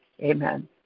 Amen